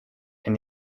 and